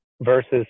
versus